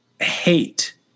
hate